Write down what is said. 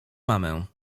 mamę